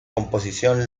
composición